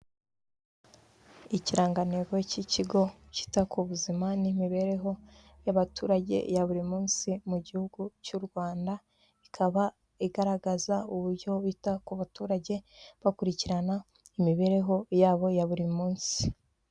Ikirangantego cy'ikigo cyita ku buzima n'imibereho y'abaturage ya buri munsi mu gihugu cy'u Rwanda ikaba igaragaza uburyo bita ku baturage bakurikirana imibereho yabo ya buri munsi.